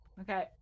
okay